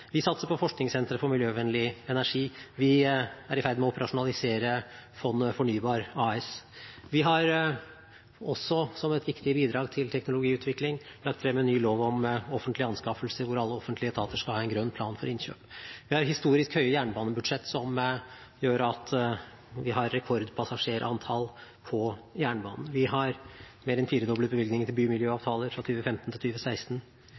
Vi satser på forskningssentre for miljøvennlig energi. Vi er i ferd med å operasjonalisere fondet Fornybar AS. Vi har også, som et viktig bidrag til teknologiutvikling, lagt frem en ny lov om offentlige anskaffelser – alle etater skal ha en grønn plan for innkjøp. Vi har historisk høye jernbanebudsjetter, som gjør at vi har rekordpassasjerantall på jernbanen. Vi har mer enn firedoblet bevilgningene til bymiljøavtaler fra 2015 til